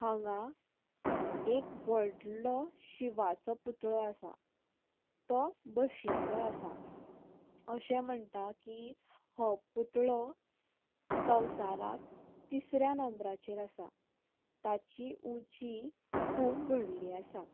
हांगा एक व्हडलो शिवाचो पुतळो आसा तो बशिल्लो आसा अशें म्हणटा की हो पुतळो संवसारांत तिसऱ्या नंबराचेर आसा ताची उंची खूब व्हडली आसा